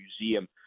Museum